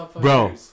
Bro